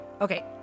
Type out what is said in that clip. Okay